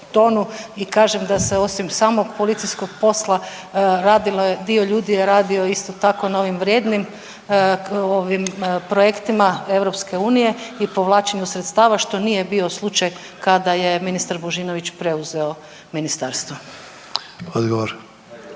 i kažem da sam radila, dio ljudi je radio isto tako na ovim vrijednim projektima EU i povlačenju sredstava što nije bio slučaj kada je ministar Božinović preuzeo ministarstvo.